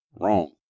wrong